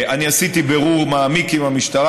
אני עשיתי בירור מעמיק עם המשטרה.